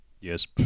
Yes